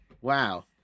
Wow